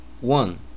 one